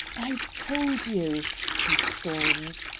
i told you he stormed.